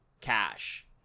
cash